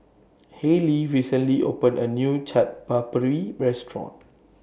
Hallie recently opened A New Chaat Papri Restaurant